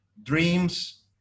Dreams